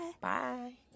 Bye